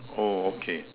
oh okay